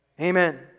Amen